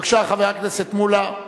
בבקשה, חבר הכנסת מולה.